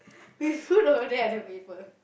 we put over there at the paper